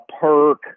perk